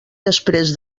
després